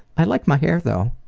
i like my hair though.